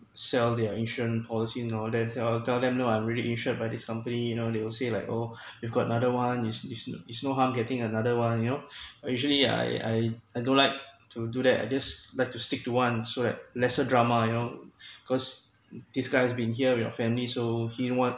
sell their insurance policy and all that so I tell them no I'm already insured by this company you know they will say like oh you've got another one it's it's it's no harm getting another one you know uh usually I I I don't like to do that I just like to stick to one so that lesser drama you know cause this guy's been here with your family so he know want